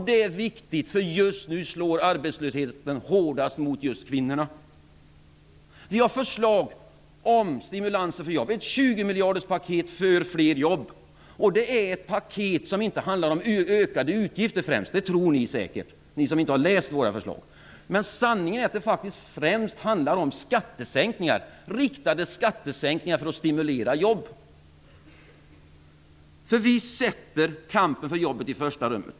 Det är viktigt, eftersom arbetslösheten just nu slår hårdast mot kvinnorna. Vi har förslag till stimulanser. Vi har ett 20 miljarderspaket för fler jobb. Det är ett paket som inte främst handlar om ökade utgifter, som ni säkert tror, ni som inte har läst våra förslag. Sanningen är att det faktiskt främst handlar om riktade skattesänkningar för att stimulera jobb. Vi sätter kampen för jobben i första rummet.